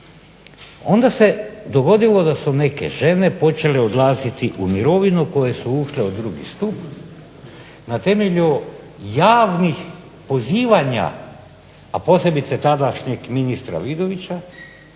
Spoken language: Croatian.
Onda se dogodilo da su neke žene počele odlaziti u mirovinu koje su ušle u drugi stup na temelju javnih pozivanja, a posebice tadašnjeg ministra Vidovića,